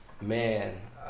Man